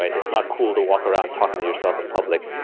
it's not cool to walk around talking to yourself in public.